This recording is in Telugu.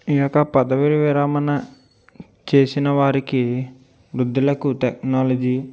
ఈ యొక పదవీ విరమణ చేసిన వారికి వృద్ధులకు టెక్నాలజీ